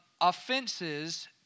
Offenses